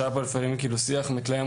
שלפעמים היה שיח מתלהם,